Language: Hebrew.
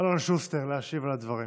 אלון שוסטר להשיב על הדברים.